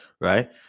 right